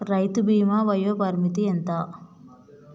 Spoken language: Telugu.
రైతు బీమా వయోపరిమితి ఎంత?